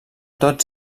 tots